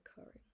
occurring